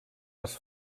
les